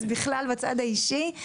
אז בכלל בצד האישי.